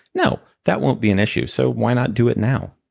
no! that won't be an issue. so why not do it now?